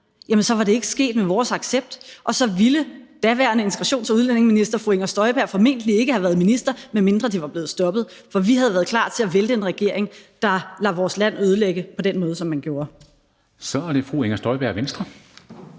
jamen så var det ikke sket med vores accept. Og så ville daværende udlændinge- og integrationsminister fru Inger Støjberg formentlig ikke have været minister, medmindre det var blevet stoppet, for vi ville have været klar til at vælte en regering, der havde ladet vores land ødelægge på den måde, som man gjorde. Kl. 13:34 Formanden (Henrik